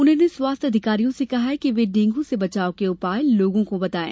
उन्होंने स्वास्थ्य अधिकारियों से कहा कि वे डेंगू से बचाव के उपाय लोगों को बताएं